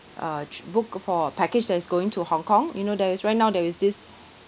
uh tr~ book for a package that is going to hong kong you know there is right now there is this